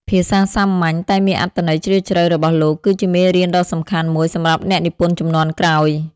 ភាសាសាមញ្ញ តែមានអត្ថន័យជ្រាលជ្រៅរបស់លោក គឺជាមេរៀនដ៏សំខាន់មួយសម្រាប់អ្នកនិពន្ធជំនាន់ក្រោយ។